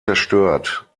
zerstört